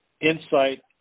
insight